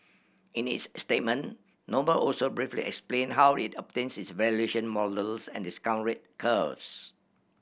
in its statement Noble also briefly explained how it obtains its valuation models and discount rate curves